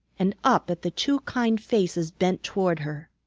and up at the two kind faces bent toward her.